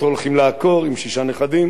ואותו הולכים לעקור עם שישה נכדים.